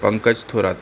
Pankaj Thorat